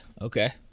Okay